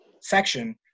section